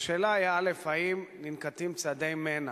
השאלה היא: ראשית, האם ננקטים צעדי מנע,